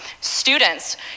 Students